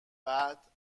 بعد